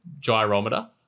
gyrometer